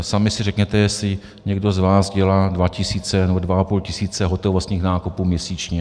Sami si řekněte, jestli někdo z vás dělá dva tisíce nebo dva a půl tisíce hotovostních nákupů měsíčně.